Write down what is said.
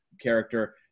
character